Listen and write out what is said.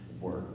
work